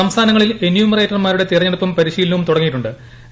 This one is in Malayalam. സംസ്ഥാനങ്ങളിൽ എന്യുമെറേറ്റർമാരുടെ തിരഞ്ഞെടുപ്പും പരിശീലനവും തുടങ്ങിയിട്ടു ്